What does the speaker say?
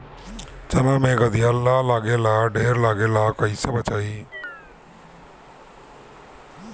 चना मै गधयीलवा लागे ला ढेर लागेला कईसे बचाई?